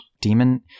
demon